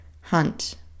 Hunt